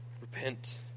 Repent